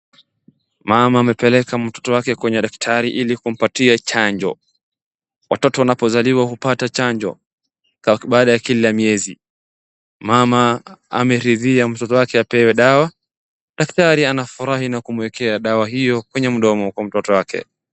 Mama amepeleka mtoto wake kwenye daktari ili kumpatia chanjo. Watoto wanapozaliwa hupata chanjo baada ya kila miezi. Mama ameridhia mtoto wake apewe dawa, dakatari anafurahi na kumwekea dawa hio kwenye mdomo kwa mtoto wake.